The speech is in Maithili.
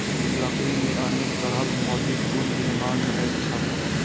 लकड़ी मे अनेक तरहक भौतिक गुण विद्यमान रहैत छैक